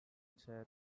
chair